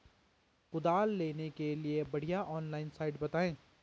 कुदाल लेने के लिए बढ़िया ऑनलाइन साइट बतायें?